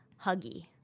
huggy